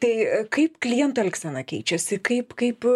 tai kaip klientų elgsena keičiasi kaip kaip